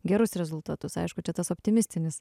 gerus rezultatus aišku čia tas optimistinis